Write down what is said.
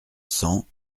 cent